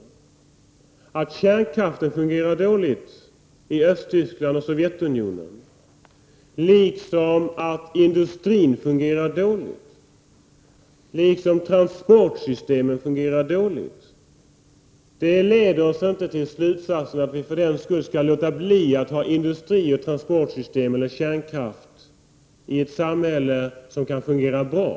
Att kärnkraften fungerar dåligt i Östtyskland och Sovjetunionen, liksom att industrin fungerar dåligt, liksom att transportsystemen fungerar dåligt, leder oss inte till slutsatsen att vi för den skull skall låta bli att ha industrioch transportsystem eller kärnkraft i ett samhälle som kan fungera bra.